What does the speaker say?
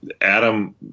Adam